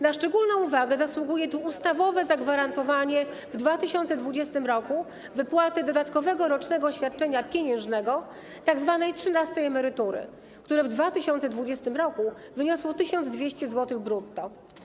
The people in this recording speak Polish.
Na szczególną uwagę zasługuje tu ustawowe zagwarantowanie w 2020 r. wypłaty dodatkowego rocznego świadczenia pieniężnego, tzw. 13. emerytury, które w 2020 r. wyniosło 1200 zł brutto.